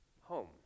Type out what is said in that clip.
home